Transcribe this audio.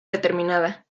determinada